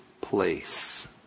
place